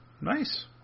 Nice